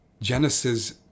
Genesis